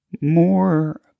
more